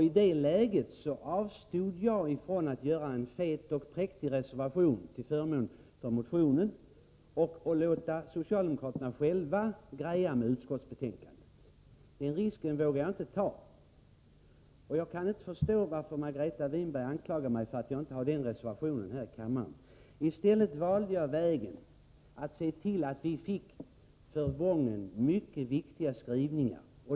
I det läget avstod jag från att avge en fet och präktig reservation till förmån för motionen och därmed låta socialdemokraterna själva ”greja med” utskottsbetänkandet. Den risken vågade jag inte ta. Jag kan inte förstå varför Margareta Winberg anklagar mig för att jag inte har presenterat en sådan reservation här i kammaren. I stället valde jag vägen att se till att vi fick för Wången mycket viktiga skrivningar.